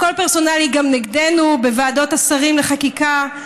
הכול פרסונלי גם נגדנו בוועדות השרים לחקיקה,